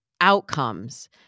outcomes